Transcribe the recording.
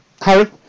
Harry